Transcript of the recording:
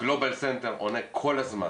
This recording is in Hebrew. גלובל סנטר עונה כל הזמן